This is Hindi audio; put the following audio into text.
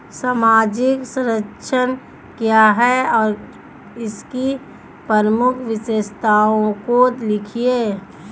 सामाजिक संरक्षण क्या है और इसकी प्रमुख विशेषताओं को लिखिए?